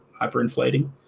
hyperinflating